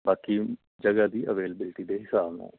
ਬਾਕੀ ਜਗ੍ਹਾ ਦੀ ਅਵੇਲੇਬਿਲਟੀ ਦੇ ਹਿਸਾਬ ਨਾਲ